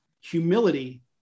humility